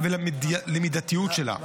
שבבסיסה ולמידתיות שלה,